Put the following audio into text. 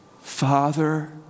Father